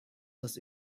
das